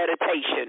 meditation